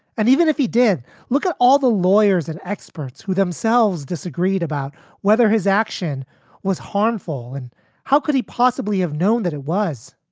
and even if he did look at all the lawyers and experts who themselves disagreed about whether his action was harmful and how could he possibly have known that it was